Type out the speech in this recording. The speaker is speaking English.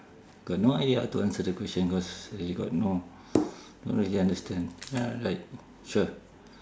got no idea how to answer the question cause you got no don't really understand ya like sure